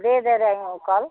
दे दे रही हूँ कल